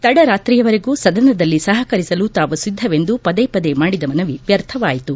ತಡರಾತ್ರಿಯವರೆಗೂ ಸದನದಲ್ಲಿ ಸಹಕರಿಸಲು ತಾವು ಸಿದ್ದವೆಂದು ಪದೇಪದೇ ಮಾಡಿದ ಮನವಿ ವ್ಲರ್ಥವಾಯಿತು